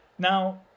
Now